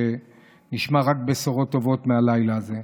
שנשמע רק בשורות טובות מהלילה הזה.